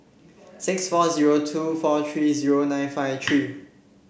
six four zero two four three zero nine five three